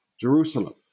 Jerusalem